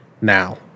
now